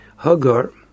Hagar